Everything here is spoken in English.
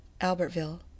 Albertville